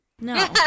No